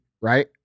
Right